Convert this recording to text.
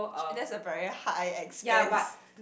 that's a very high expense